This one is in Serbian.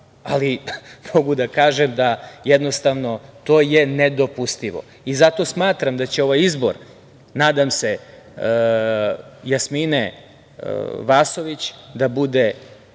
ali mogu da kažem da jednostavno to je nedopustivo. I zato smatram da će ovaj izbor, nadam se Jasmine Vasović da bude